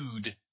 dude